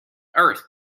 earth